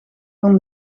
van